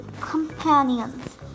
companions